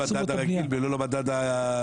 אתה מצמיד למדד הרגיל ולא למדד הבנייה.